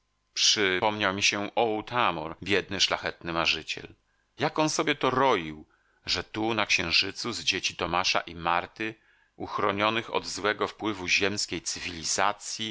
przypomniał mi się otamor biedny szlachetny marzyciel jak on sobie to roił że tu na księżycu z dzieci tomasza i marty uchronionych od złego wpływu ziemskiej cywilizacji